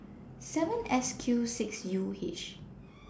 seven S Q six U H